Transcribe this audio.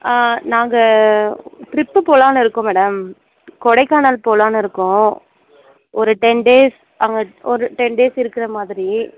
நாங்கள் ட்ரிப்பு போகலானு இருக்கோம் மேடம் கொடைக்கானல் போகலானு இருக்கோம் ஒரு டென் டேஸ் அங்கே ஒரு டென் டேஸ் இருக்கிற மாதிரி